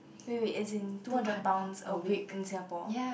wait wait as in two hundred pounds a week in Singapore